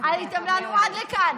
עליתם לנו עד לכאן,